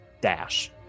dash